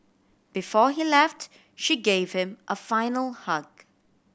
before he left she gave him a final hug